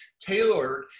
tailored